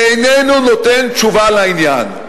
ואיננו נותן תשובה לעניין.